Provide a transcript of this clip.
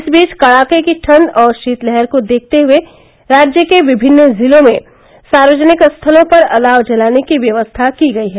इस बीच कड़ाके की ठंड और शीतलहर को देखते हुये राज्य के विभिन्न जिलों में सार्वजनिक स्थलों पर अलाव जलाने की व्यवस्था की गयी है